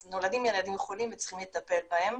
אז נולדים ילדים חולים וצריכים לטפל בהם